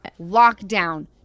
lockdown